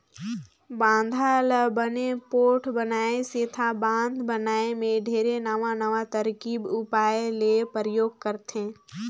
बांधा ल बने पोठ बनाए सेंथा बांध बनाए मे ढेरे नवां नवां तरकीब उपाय ले परयोग करथे